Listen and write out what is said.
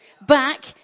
back